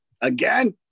again